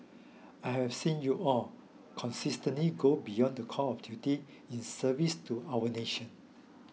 I have seen you all consistently go beyond the call of duty in service to our nation